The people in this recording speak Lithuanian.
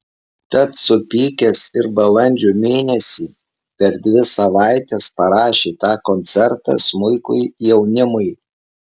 tad supykęs ir balandžio mėnesį per dvi savaites parašė tą koncertą smuikui jaunimui